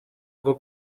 bwo